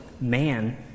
man